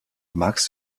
magst